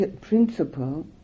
principle